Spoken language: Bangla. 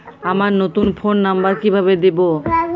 আমার নতুন ফোন নাম্বার কিভাবে দিবো?